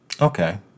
Okay